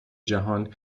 جهان